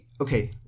Okay